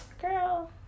girl